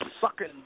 sucking